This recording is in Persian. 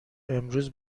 امروز